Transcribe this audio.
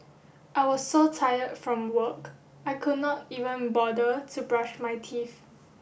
I was so tired from work I could not even bother to brush my teeth